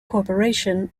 corporation